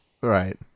Right